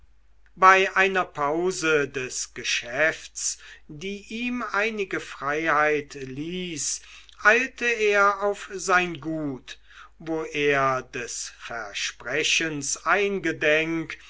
bei einer pause des geschäfts die ihm einige freiheit ließ eilte er auf sein gut wo er des versprechens eingedenk